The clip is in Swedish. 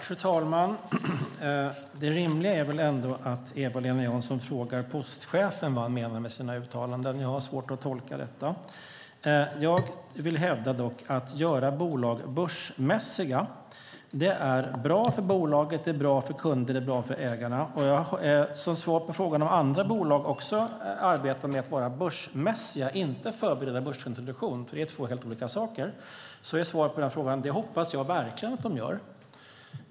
Fru talman! Det rimliga är väl ändå att Eva-Lena Jansson frågar postchefen vad han menar med sina uttalanden. Jag har svårt att tolka det. Jag vill dock hävda att det att göra bolag börsmässiga är bra för bolaget, bra för kunderna och bra för ägarna. Svaret på frågan om andra bolag arbetar med att vara börsmässiga - inte att förbereda börsintroduktion, för det är två helt olika saker - är att jag verkligen hoppas att de gör det.